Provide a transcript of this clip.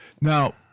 Now